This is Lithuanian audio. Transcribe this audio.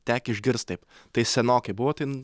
tekę išgirst taip tai senokai buvo tai